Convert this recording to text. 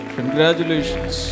Congratulations